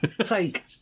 Take